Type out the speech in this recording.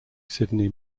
sydney